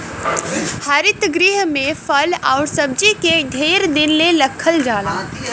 हरित गृह में फल आउर सब्जी के ढेर दिन ले रखल जाला